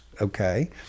okay